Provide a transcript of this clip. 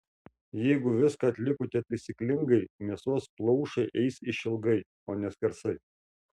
jeigu viską atlikote taisyklingai mėsos plaušai eis išilgai o ne skersai